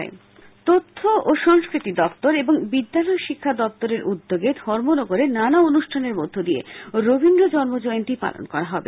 রবীন্দ্র জয়ন্তী তথ্য ও সংস্কৃতি দপ্তর এবং বিদ্যালয় শিক্ষা দপ্তরের উদ্যোগে ধর্মনগরে নানা অনুষ্ঠানের মধ্য দিয়ে রবীন্দ্র জন্মজয়ন্তী পালন করা হবে